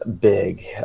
big